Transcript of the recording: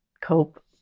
cope